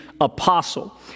apostle